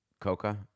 Coca